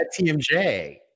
TMJ